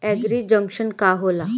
एगरी junction का होला?